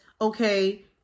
okay